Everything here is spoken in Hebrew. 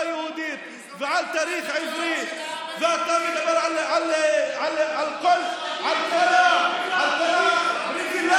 יהודית ועל תאריך עברי ואתה מדבר על כל הפריבילגיות הללו.